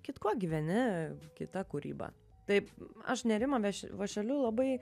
kitkuo gyveni kita kūryba taip aš nerimą veš vąšeliu labai